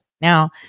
Now